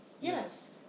Yes